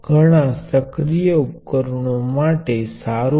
તેના પ્ર્વાહ ને સમજવા માટે આ રેઝિસ્ટર સાથે શ્રેણીમાં મૂકવામાં આવે છે